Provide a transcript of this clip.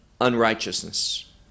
unrighteousness